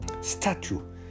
statue